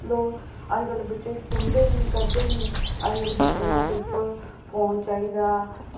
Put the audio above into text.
लेकिन अजकल्ल लोग बच्चे करदे गै निं सुनदे गै निं अजकल्ल बच्चें गी ना सिर्फ फोन चाहिदा